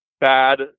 bad